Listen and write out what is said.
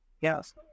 Yes